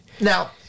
Now